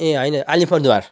ए होइन अलिपुरद्वार